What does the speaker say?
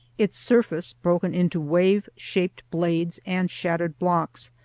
its surface broken into wave-shaped blades and shattered blocks,